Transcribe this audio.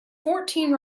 fourteen